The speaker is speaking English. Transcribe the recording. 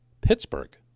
Pittsburgh